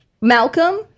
Malcolm